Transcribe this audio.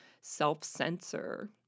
self-censor